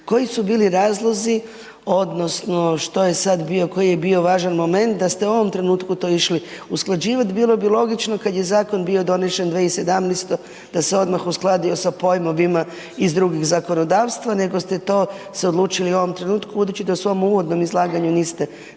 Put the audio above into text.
koji su bili razlozi odnosno što je sad bio, koji je bio važan moment, da ste u ovom trenutku to išli usklađivat, bilo bi logično kad je zakon bio donešen 2017. da se odmah uskladio sa pojmovima iz drugih zakonodavstva, nego ste to se odlučili u ovom trenutku budući da u svom uvodnom izlaganju niste detaljnije